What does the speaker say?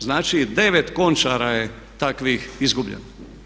Znači, 9 KONČAR-a je takvih izgubljeno.